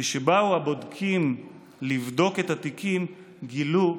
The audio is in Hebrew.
כשבאו הבודקים לבדוק את התיקים גילו,